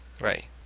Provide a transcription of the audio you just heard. right